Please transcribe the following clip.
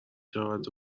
شود